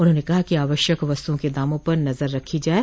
उन्होंने कहा कि आवश्यक वस्तुओं के दामों पर नजर रखी जाये